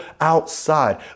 outside